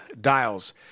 dials